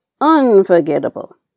Unforgettable